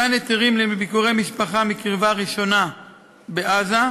מתן היתרים לביקורי משפחה מקרבה ראשונה בעזה,